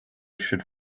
should